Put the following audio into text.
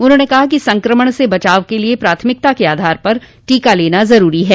उन्होंने कहा कि संक्रमण से बचाव के लिए प्राथमिकता के आधार पर टीका लेना जरूरी है